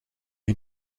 een